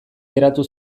geratu